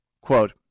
quote